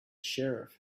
sheriff